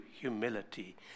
humility